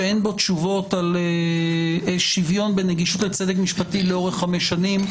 שאין בו תשובות על שוויון בנגישות לצדק משפטי לאורך חמש שנים,